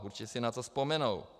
Určitě si na to vzpomenou.